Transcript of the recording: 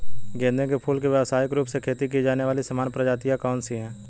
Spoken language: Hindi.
गेंदे के फूल की व्यवसायिक रूप से खेती की जाने वाली सामान्य प्रजातियां कौन सी है?